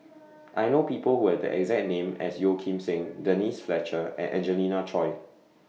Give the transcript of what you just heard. I know People Who Have The exact name as Yeo Kim Seng Denise Fletcher and Angelina Choy